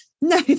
No